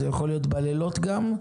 זה יכול להיות בלילות גם,